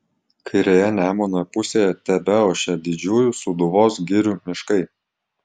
kairėje nemuno pusėje tebeošė didžiųjų sūduvos girių miškai